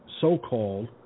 so-called